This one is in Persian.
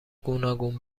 گوناگون